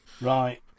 Right